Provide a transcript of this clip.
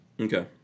Okay